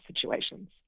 situations